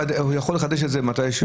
והוא יכול לחדש מתי שהוא רוצה.